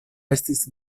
estis